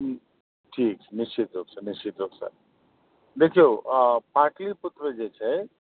ह्म्म ठीक छै निश्चित रूपसँ निश्चित रूपसँ देखियौ पाटलिपुत्र जे छै